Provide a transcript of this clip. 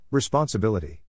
Responsibility